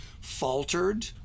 faltered